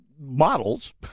Models